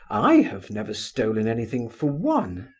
i have never stolen anything, for one.